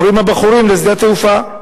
ואומרים הבחורים: לשדה התעופה.